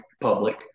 public